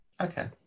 Okay